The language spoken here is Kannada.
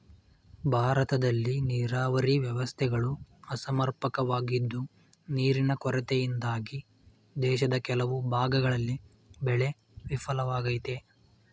ಭಾರತದಲ್ಲಿ ನೀರಾವರಿ ವ್ಯವಸ್ಥೆಗಳು ಅಸಮರ್ಪಕವಾಗಿದ್ದು ನೀರಿನ ಕೊರತೆಯಿಂದಾಗಿ ದೇಶದ ಕೆಲವು ಭಾಗಗಳಲ್ಲಿ ಬೆಳೆ ವಿಫಲವಾಗಯ್ತೆ